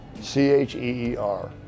C-H-E-E-R